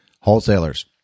Wholesalers